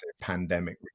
pandemic